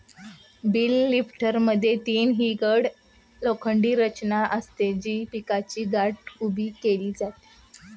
bell लिफ्टरमध्ये तीन hinged लोखंडी रचना असते, जी पिकाची गाठ उभी केली जाते